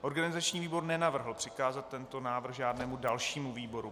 Organizační výbor nenavrhl přikázat tento návrh žádnému dalšímu výboru.